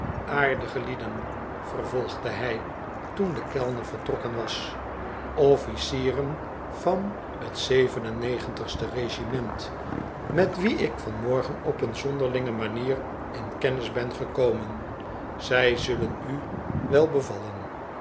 aardige lieden vervolgde hij toen de kellner vertrokken was officieren van het zeven en negentigste regiment met wie ik vanmorgen op een zonderlinge manier in kennis ben gekomen zij zullen u wel bevallen